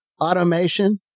Automation